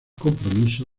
compromiso